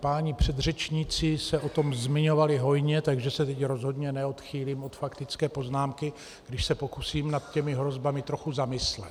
Páni předřečníci se o tom zmiňovali hojně, takže se teď rozhodně neodchýlím od faktické poznámky, když se pokusím nad těmi hrozbami trochu zamyslet.